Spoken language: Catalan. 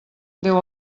déu